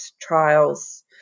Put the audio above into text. trials